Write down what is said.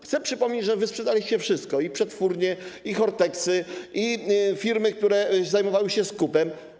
Chcę przypomnieć, że wy sprzedaliście wszystko: i przetwórnie, i horteksy, i firmy, które zajmowały się skupem.